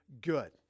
good